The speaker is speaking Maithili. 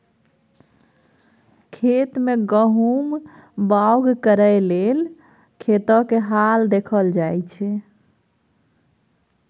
खेत मे गहुम बाउग करय लेल खेतक हाल देखल जाइ छै